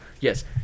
Yes